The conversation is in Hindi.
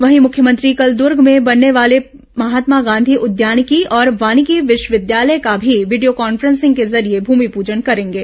वहीं मुख्यमंत्री कल दुर्ग में बनने वाले महात्मा गांधी उद्यानिकी और वानिकी विश्वविद्यालय का भी वीडियो कॉन्फ्रेंसिंग के जरिये भूमिपजन करेंगे